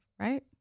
right